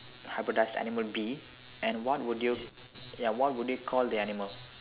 hybridised animal be and what would you ya what would you call the animal